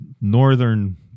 northern